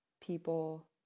people